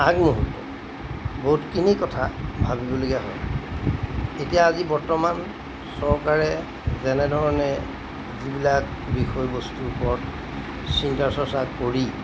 আগমুহূৰ্তত বহুতখিনি কথা ভাবিবলগীয়া হয় এতিয়া আজি বৰ্তমান চৰকাৰে যেনেধৰণে যিবিলাক বিষয়বস্তুৰ ওপৰত চিন্তা চৰ্চা কৰি